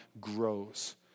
grows